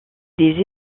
des